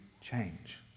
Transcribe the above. change